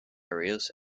areas